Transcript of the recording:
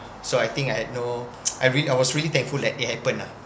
so I think I know I re~ I was really thankful that it happened lah